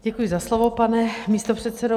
Děkuji za slovo, pane místopředsedo.